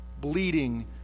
bleeding